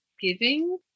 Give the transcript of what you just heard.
giving